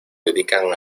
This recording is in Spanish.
dedican